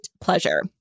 pleasure